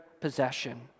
possession